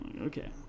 Okay